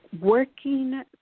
working